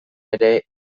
ere